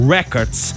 Records